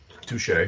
Touche